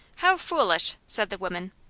how foolish! said the woman.